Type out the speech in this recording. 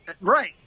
Right